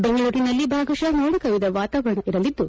ಬೆಂಗಳೂರಿನಲ್ಲಿ ಭಾಗಶಃ ಮೋಡಕವಿದ ವಾತಾವರಣವಿರಲಿದ್ದು